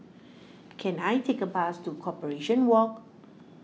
can I take a bus to Corporation Walk